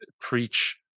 preach